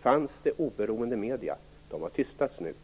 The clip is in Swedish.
fanns det oberoende medier - de har tystats nu.